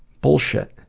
bullshit.